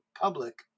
public